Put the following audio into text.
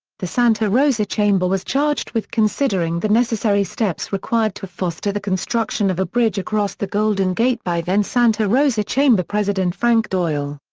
the santa rosa chamber was charged with considering the necessary steps required to foster the construction of a bridge across the golden gate by then santa rosa chamber president frank doyle.